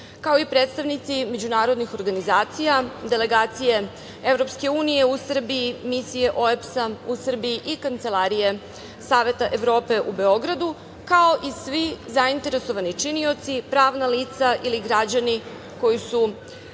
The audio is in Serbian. kao i predstavnici međunarodnih organizacija, delegacije EU u Srbiji, Misije OEBS-a u Srbiji i Kancelarije Saveta Evrope u Beogradu, kao i svi zainteresovani činioci, pravna lica ili građani koji su